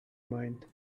mind